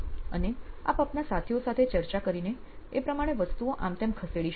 અને આપ આપના સાથીઓ સાથે ચર્ચા કરીને એ પ્રમાણે વસ્તુઓ આમતેમ ખસેડી શકો